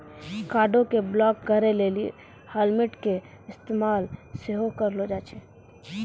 कार्डो के ब्लाक करे लेली हाटमेल के इस्तेमाल सेहो करलो जाय छै